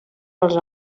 els